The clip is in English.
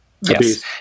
yes